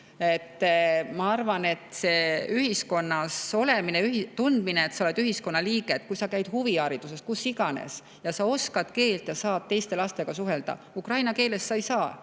[oluline on] ühiskonnas olemine, see tunne, et sa oled ühiskonna liige, et kui sa [osaled] huvihariduses, kus iganes, sa oskad keelt ja saad teiste lastega suhelda. Ukraina keeles sa ei saa,